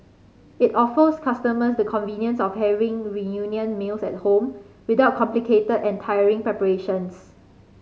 it offers customers the convenience of having reunion meals at home without complicated and tiring preparations